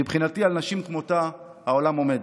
מבחינתי על נשים כמותה העולם עומד.